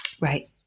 Right